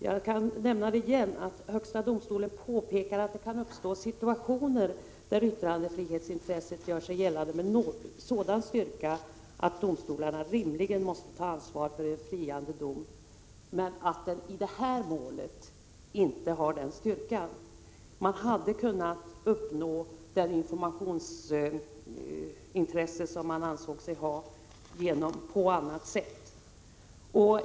Jag vill upprepa att högsta domstolen påpekar att det kan uppstå situationer, där yttrandefrihetsintresset gör sig gällande med sådan styrka att domstolarna rimligen måste ta ansvar för en friande dom, men att yttrandefrihetsintresset i det här målet inte har den styrkan. Man hade kunnat tillgodose det informationsintresse som ansågs föreligga på annat sätt.